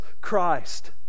christ